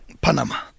Panama